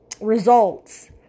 results